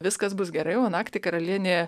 viskas bus gerai o naktį karalienė